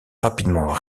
rapidement